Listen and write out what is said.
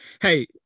Hey